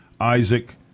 Isaac